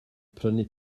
prynu